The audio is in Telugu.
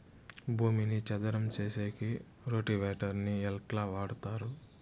భూమిని చదరం సేసేకి రోటివేటర్ ని ఎట్లా వాడుతారు?